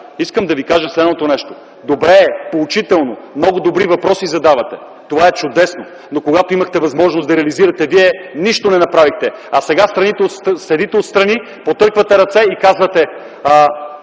искам да Ви кажа следното нещо. Добре е, поучително, много добри въпроси задавате – това е чудесно, но когато имахте възможност да реализирате, вие нищо не направихте! А сега седите отстрани, потърквате ръце и казвате: